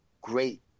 great